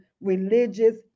religious